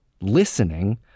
Listening